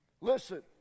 Listen